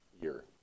year